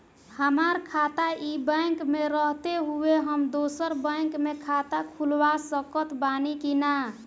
हमार खाता ई बैंक मे रहते हुये हम दोसर बैंक मे खाता खुलवा सकत बानी की ना?